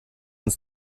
uns